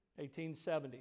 1870